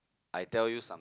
I tell you some